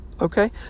okay